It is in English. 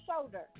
shoulder